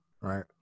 right